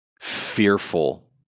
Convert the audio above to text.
fearful